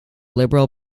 liberal